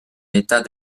état